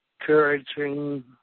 encouraging